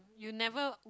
you never